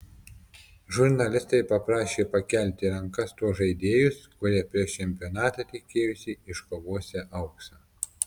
žurnalistai paprašė pakelti rankas tuos žaidėjus kurie prieš čempionatą tikėjosi iškovosią auksą